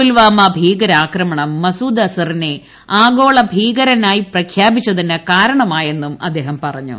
പുൽവാമ ഭീകരാക്രമണം മസൂദ് അസറിനെ ആഗോള ഭീകരനായി പ്രഖ്യാപിച്ചതിന് കാരണമായെന്നും അദ്ദേഹം പറഞ്ഞു